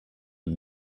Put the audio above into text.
een